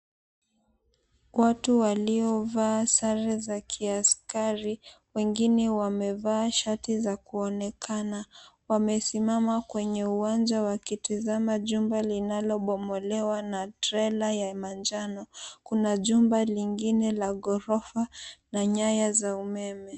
Watu waliovaa sare za kiaskari, wengine wamevaa shati za kuonekana wamesimama kwenye uwanja wakitazama jumba linalobomolewa na trela la manjano. Kuna jumba jingine la ghorofa na nyaya za umeme.